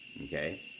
Okay